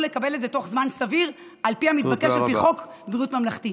לקבל את זה בתוך זמן סביר על פי המתבקש לפי חוק בריאות ממלכתי.